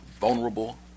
vulnerable